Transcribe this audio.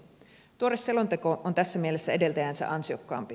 tuore selonteko on tässä mielessä edeltäjäänsä ansiokkaampi